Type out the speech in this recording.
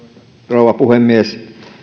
rouva puhemies